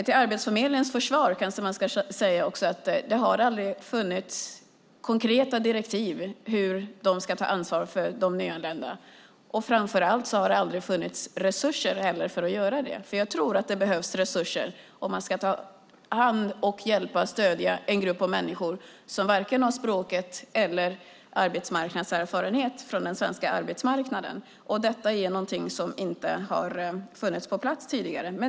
Till Arbetsförmedlingens försvar kanske man ska säga att det aldrig har funnits konkreta direktiv om hur de ska ta ansvar för de nyanlända. Framför allt har det heller aldrig funnits resurser för att göra det. Jag tror nämligen att det behövs resurser om man ska ta hand om, hjälpa och stödja en grupp människor som varken har språket eller arbetsmarknadserfarenhet från den svenska arbetsmarknaden. Detta är någonting som inte har funnits på plats tidigare.